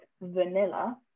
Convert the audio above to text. vanilla